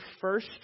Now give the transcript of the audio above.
first